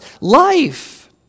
life